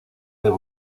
debe